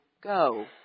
Go